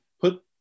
put